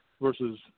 versus